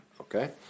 okay